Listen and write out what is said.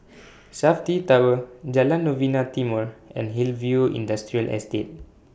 Safti Tower Jalan Novena Timor and Hillview Industrial Estate